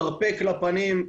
מרפק לפנים,